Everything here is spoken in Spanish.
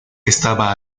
estaba